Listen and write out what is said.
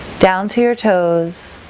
down to your toes